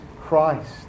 Christ